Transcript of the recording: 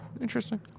Interesting